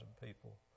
people